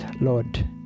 Lord